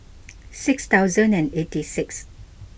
six thousand eighty six